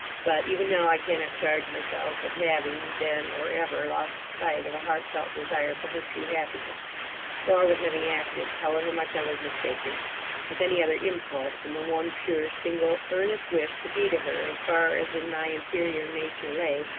but, even now i cannot charge myself with having, then, or ever, lost sight of a heartfelt desire for her true happiness or with having acted however much i was mistaken with any other impulse than the one pure, single, earnest wish to be to her, as far as in my inferior nature lay,